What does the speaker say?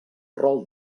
rol